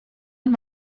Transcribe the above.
und